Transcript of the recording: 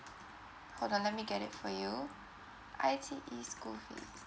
hold on let me get it for you I_T_E school fees